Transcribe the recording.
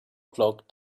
clock